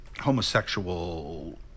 Homosexual